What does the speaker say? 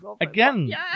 Again